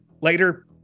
later